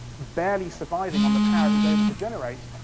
barely surviving on the power it was able to generate,